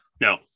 no